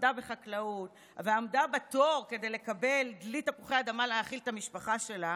עבדה בחקלאות ועמדה בתור כדי לקבל דלי תפוחי אדמה להאכיל את המשפחה שלה,